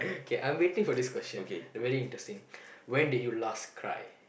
K I am waiting for this question very interesting when did you last cry